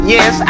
Yes